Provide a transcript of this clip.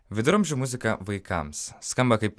viduramžių muzika vaikams skamba kaip